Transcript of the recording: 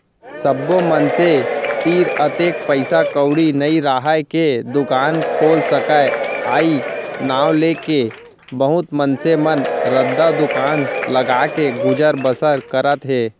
सब्बो मनसे तीर अतेक पइसा कउड़ी नइ राहय के दुकान खोल सकय अई नांव लेके बहुत मनसे मन रद्दा दुकान लगाके गुजर बसर करत हें